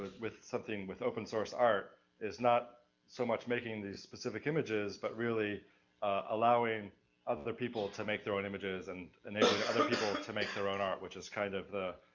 with something with open-source art, is not so much making these specific images, but really allowing other people to make their own images, and enabling other people to make their own art, which is kind of the,